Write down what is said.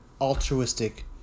altruistic